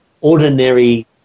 ordinary